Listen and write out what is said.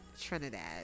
Trinidad